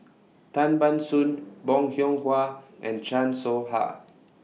Tan Ban Soon Bong Hiong Hwa and Chan Soh Ha